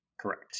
Correct